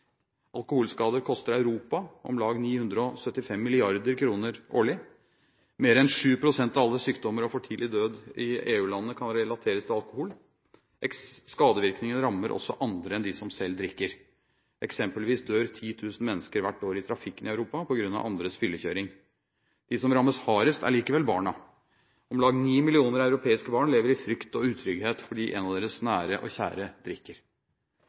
Alkoholskader koster Europa om lag 975 mrd. kr årlig. Mer enn 7 pst. av alle sykdommer og for tidlig død i EU-landene kan relateres til alkohol. Skadevirkningene rammer også andre enn dem som selv drikker. Eksempelvis dør 10 000 mennesker hvert år i trafikken i Europa på grunn av andres fyllekjøring. De som rammes hardest, er likevel barna: Om lag ni millioner europeiske barn lever i frykt og utrygghet fordi en av deres nære og kjære drikker.